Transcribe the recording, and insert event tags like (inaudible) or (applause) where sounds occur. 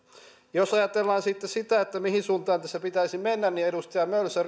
jos ajatellaan sitten sitä mihin suuntaan tässä pitäisi mennä niin edustaja mölsä (unintelligible)